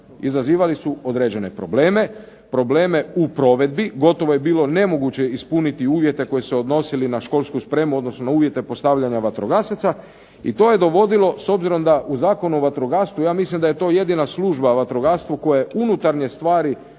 izazivali su određene probleme, probleme u provedbi. Gotovo je bilo nemoguće ispuniti uvjete koji su se odnosili na školsku spremu, odnosno na uvjete postavljanja vatrogasaca i to je dovodilo, s obzirom da u Zakonu o vatrogastvu ja mislim da je to jedina služba u vatrogastvu koja je unutarnje stvari operativnog